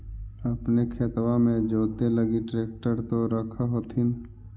अपने खेतबा मे जोते लगी ट्रेक्टर तो रख होथिन?